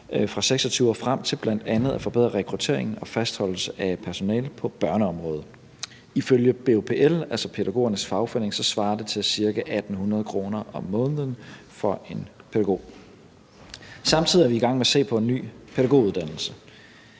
fra 2026 og frem til bl.a. at forbedre rekrutteringen og fastholdelsen af personale på børneområdet. Ifølge BUPL, altså pædagogernes fagforening, svarer det til ca. 1.800 kr. om måneden for en pædagog. Samtidig er vi i gang med at se på en ny pædagoguddannelse.